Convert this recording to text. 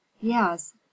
yes